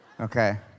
Okay